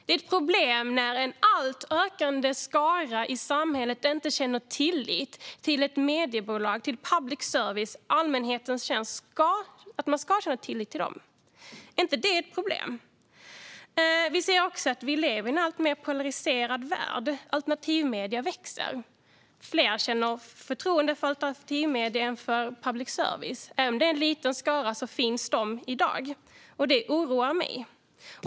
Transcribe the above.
Det är ett problem när en växande skara i samhället inte känner tillit till ett mediebolag - till public service - i allmänhetens tjänst. Man ska känna tillit till public service. Är inte detta ett problem? Vi lever i en alltmer polariserad värld. Alternativa medier växer, och vissa känner större förtroende för alternativa medier än för public service. Även om det är en liten skara finns det sådana människor i dag, och det oroar mig.